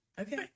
okay